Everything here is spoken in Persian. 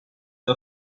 های